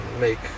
make